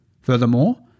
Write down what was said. Furthermore